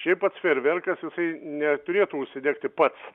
šiaip pats fejerverkas jisai neturėtų užsidegti pats